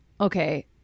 Okay